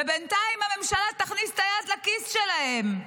ובינתיים הממשלה תכניס את היד לכיס שלהם.